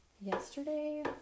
yesterday